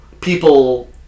people